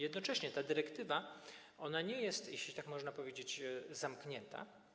Jednocześnie ta dyrektywa nie jest, jeśli tak można powiedzieć, zamknięta.